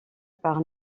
par